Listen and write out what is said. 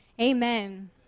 amen